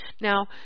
now